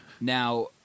Now